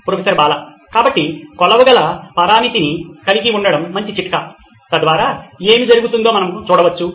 professor Bala కాబట్టి కొలవగల పరామితిని కలిగి ఉండటం మంచి చిట్కా తద్వారా ఏమి జరుగుతుందో మనము చూడవచ్చు